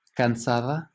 cansada